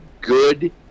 good